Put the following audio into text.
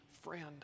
friend